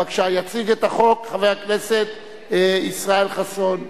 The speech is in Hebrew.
בבקשה, יציג את החוק חבר הכנסת ישראל חסון.